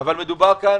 אבל מדובר כאן,